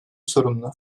sorumlu